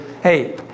hey